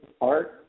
Art